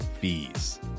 fees